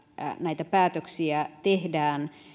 näitä päätöksiä tehdään